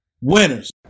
Winners